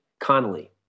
Connolly